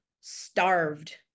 starved